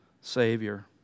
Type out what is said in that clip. Savior